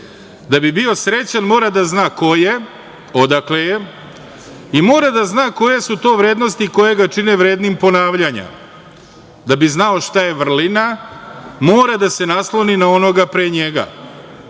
Da bi bio srećan, mora da zna ko je, odakle je i mora da zna koje su to vrednosti koje ga čine vrednim ponavljanja. Da bi znao šta je vrlina, mora da se nasloni na onoga pre njega.